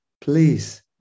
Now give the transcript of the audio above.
please